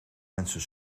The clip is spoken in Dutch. mensen